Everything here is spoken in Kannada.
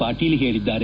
ಪಾಟೀಲ್ ಹೇಳಿದ್ದಾರೆ